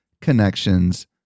connections